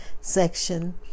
section